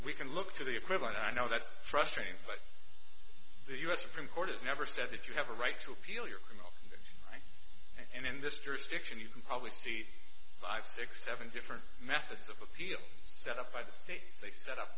we can look to the equivalent and i know that's frustrating but the u s supreme court has never said if you have a right to appeal your criminal and in this jurisdiction you can probably see five six seven different methods of appeal set up by the state they set up